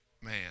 Man